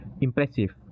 impressive